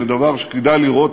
זה דבר שכדאי לראות,